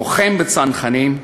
לוחם בצנחנים,